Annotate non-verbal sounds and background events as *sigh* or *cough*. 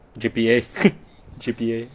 G_P_A *laughs* G_P_A